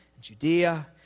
Judea